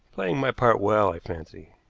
playing my part well, i fancy,